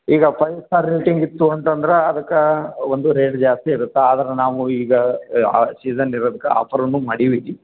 ಈಗ five star rating ಇತ್ತು ಅಂತಂದ್ರ ಅದಕ್ಕೆ ಒಂದು ರೇಟ್ ಜಾಸ್ತಿ ಇರುತ್ತೆ ಆದರ ನಾವು ಈಗ ಆ ಸೀಝನ್ ಇರೋದ್ಕ ಆಫರನ್ನು ಮಾಡೀವಿ